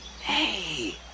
Hey